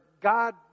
God